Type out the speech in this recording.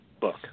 book